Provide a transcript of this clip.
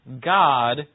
God